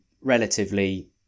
relatively